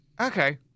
Okay